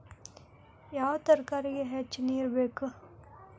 ಯಾವ ತರಕಾರಿಗೆ ಹೆಚ್ಚು ನೇರು ಬೇಕು?